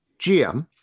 GM